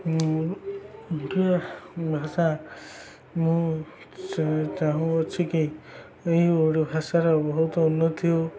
ମୁଁ ଓଡ଼ିଆ ଭାଷା ମୁଁ ଚାହୁଁଅଛି କି ଏହି ଓଡ଼ିଆ ଭାଷାର ବହୁତ ଉନ୍ନତି ହେଉ